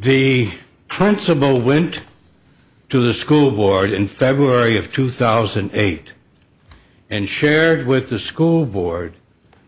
the principal went to the school board in february of two thousand and eight and shared with the school board